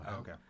Okay